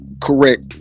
correct